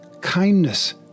kindness